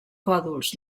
còdols